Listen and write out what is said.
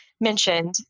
mentioned